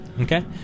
Okay